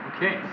Okay